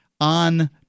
on